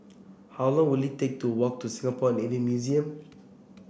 how long will it take to walk to Singapore Navy Museum